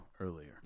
earlier